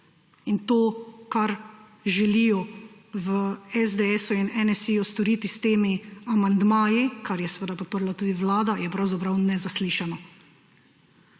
To, kar želijo v SDS in NSi storiti s temi amandmaji, kar je seveda podprla tudi Vlada, je pravzaprav nezaslišano.